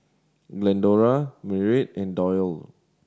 Glendora Merritt and Dollye